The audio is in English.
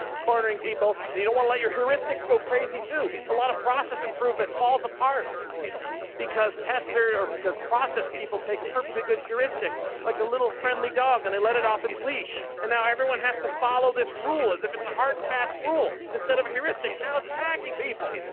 cornering people, and you don't want to let your heuristics go crazy, too. a lot of process improvement falls apart because tester or because process people take a perfectly good heuristic like a little friendly dog and they let it off its leash. and now everyone has to follow this rule, as if it's a hard and fast rule instead of heuristic, now its attacking people.